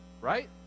Right